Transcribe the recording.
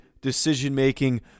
decision-making